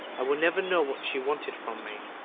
i will never know what she wanted from me,